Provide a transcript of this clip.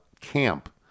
camp